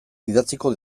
idatziko